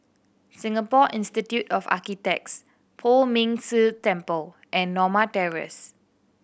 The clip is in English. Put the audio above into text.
Singapore Institute of Architects Poh Ming Tse Temple and Norma Terrace